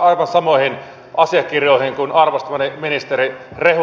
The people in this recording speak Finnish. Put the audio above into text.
aivan samoihin asiakirjoihin kuin arvostamani ministeri rehula